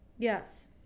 Yes